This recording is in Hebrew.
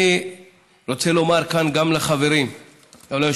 אני רוצה לומר כאן, גם לחברים וליושב-ראש,